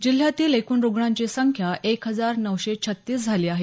जिल्ह्यातील एकूण रुग्णांची संख्या एक हजार नऊशे छत्तीस झाली आहे